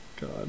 God